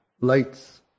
lights